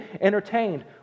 entertained